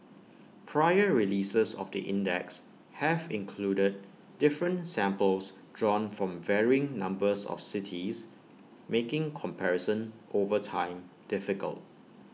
prior releases of the index have included different samples drawn from varying numbers of cities making comparison over time difficult